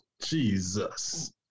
Jesus